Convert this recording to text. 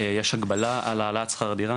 יש הגבלה על העלאת מחיר שכר הדירה.